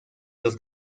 los